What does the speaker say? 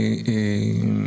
ני מסכים